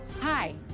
Hi